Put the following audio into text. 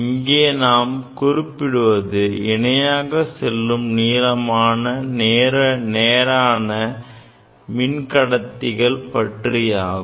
இங்கே நாம் குறிப்பிடுவது இணையாக செல்லும் நீளமான நேரான மின்கடத்திகள் பற்றியாகும்